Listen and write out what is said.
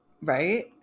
right